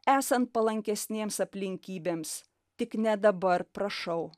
esant palankesnėms aplinkybėms tik ne dabar prašau